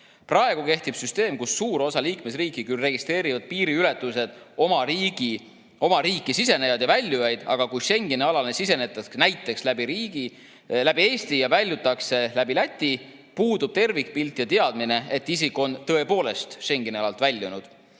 Praegu kehtib süsteem, kus suur osa liikmesriike küll registreerib piiriületusel riiki sisenejaid ja sealt väljujaid, aga kui Schengeni alale sisenetakse näiteks läbi Eesti ja väljutakse läbi Läti, puudub tervikpilt ja teadmine, et isik on tõepoolest Schengeni alalt väljunud.